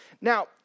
Now